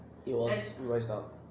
it was raised out